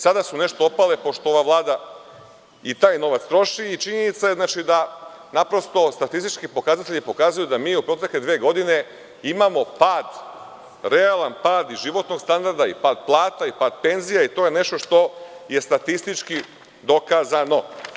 Sada su nešto opale, pošto ova Vlada i taj novac troši i činjenica je da naprosto statistički pokazatelji pokazuju da mi u protekle dve godine imamo pad, realan pad životnog standarda, pad plata i pad penzija i to je nešto što je statistički dokazano.